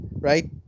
Right